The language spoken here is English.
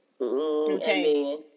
Okay